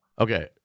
Okay